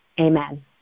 Amen